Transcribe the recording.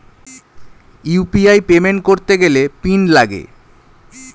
UPI payment করতে গেলে PIN লাগে